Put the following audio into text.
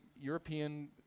European